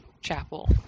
chapel